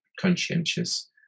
conscientious